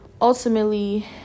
ultimately